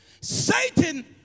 Satan